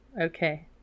okay